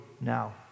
now